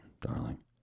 darling